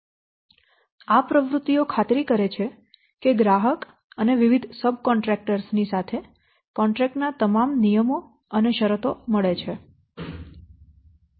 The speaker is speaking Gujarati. તેથી આ પ્રવૃત્તિઓ ખાતરી કરે છે કે ગ્રાહક અને વિવિધ સબ કોન્ટ્રેક્ટર્સ ની સાથે કોન્ટ્રેક્ટ ના તમામ નિયમો અને શરતો મળે છે